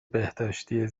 بهداشتی